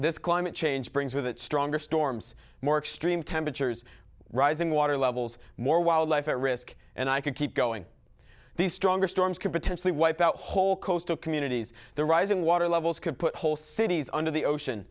this climate change brings with it stronger storms more extreme temperatures rising water levels more wildlife at risk and i could keep going these stronger storms could potentially wipe out whole coastal communities the rising water levels could put whole cities under the ocean